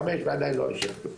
חמש ועדיין לא אישרו תוכנית.